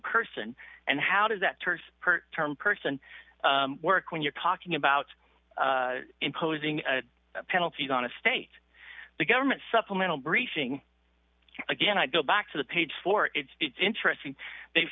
person and how does that turn her term person work when you're talking about imposing penalties on a state the government supplemental briefing again i go back to the page for it it's interesting they